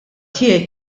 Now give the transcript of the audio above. tiegħi